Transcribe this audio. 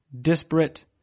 disparate